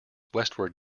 westward